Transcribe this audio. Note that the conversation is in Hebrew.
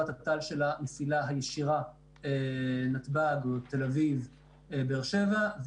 זו התת"ל של המסילה של הישירה נתב"ג-ת"א- באר שבע,